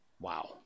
Wow